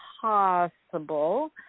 possible